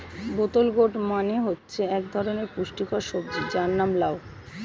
বোতল গোর্ড মানে হচ্ছে এক ধরনের পুষ্টিকর সবজি যার নাম লাউ